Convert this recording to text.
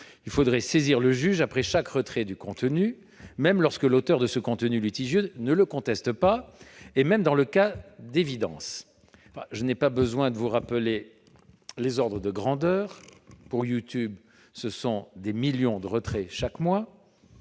il faudrait le saisir après chaque retrait de contenu, même lorsque l'auteur de ce contenu litigieux ne le conteste pas et même dans les cas d'évidence. Je n'ai pas besoin de vous rappeler les ordres de grandeur ; pour YouTube, on parle de millions de retraits chaque mois.